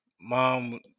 mom